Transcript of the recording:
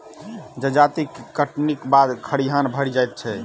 जजाति कटनीक बाद खरिहान भरि जाइत छै